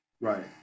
Right